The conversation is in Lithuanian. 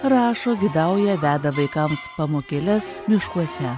rašo gidauja veda vaikams pamokėles miškuose